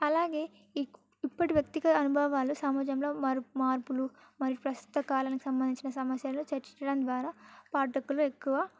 అలాగే ఇప్పటి వ్యక్తిగత అనుభవాలు సమాజంలో మార్ మార్పులు మరియు ప్రస్తుత కాలనికి సంబంధించిన సమస్యలు చర్చించడం ద్వారా పాఠకులు ఎక్కువ